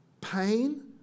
Pain